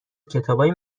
کتابای